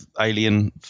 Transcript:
alien